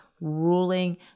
ruling